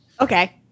Okay